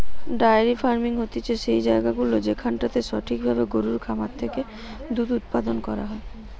diary farming হতিছে সেই জায়গাগুলা যেখানটাতে সঠিক ভাবে গরুর খামার থেকে দুধ উপাদান করা হয়